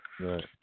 Right